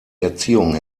erziehung